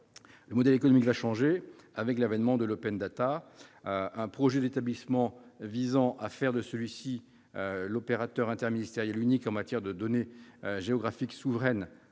Le modèle économique de l'IGN va changer avec l'avènement de l'. Un projet d'établissement visant à en faire l'opérateur interministériel unique en matière de données géographiques souveraines